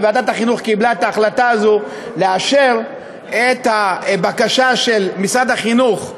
שוועדת החינוך קיבלה את ההחלטה לאשר את הבקשה של משרד החינוך,